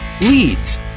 leads